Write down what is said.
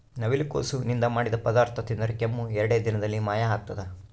ನವಿಲುಕೋಸು ನಿಂದ ಮಾಡಿದ ಪದಾರ್ಥ ತಿಂದರೆ ಕೆಮ್ಮು ಎರಡೇ ದಿನದಲ್ಲಿ ಮಾಯ ಆಗ್ತದ